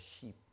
sheep